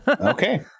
Okay